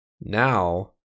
Now